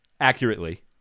accurately